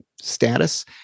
status